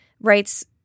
writes